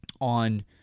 on